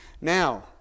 Now